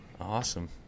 Awesome